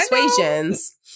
persuasions